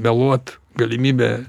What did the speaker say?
meluot galimybę